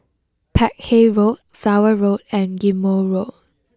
Peck Hay Road Flower Road and Ghim Moh Road